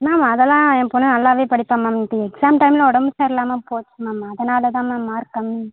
ma'am அதெல்லாம் என் பொண்ணு நல்லாவே படிப்பா மேம் இப்போ எக்ஸாம் டைமில் உடம்பு சரியில்லாமல் போச்சு மேம் அதனால் தான் மேம் மார்க் கம்மி